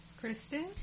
Kristen